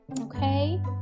okay